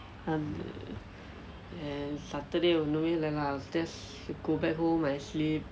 then saturday ஒண்ணுமே இல்லை:onnume illai lah I was just go back home I sleep